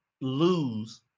lose